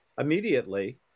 immediately